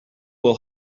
will